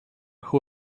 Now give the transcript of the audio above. who